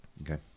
Okay